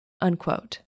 unquote